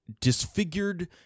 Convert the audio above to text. disfigured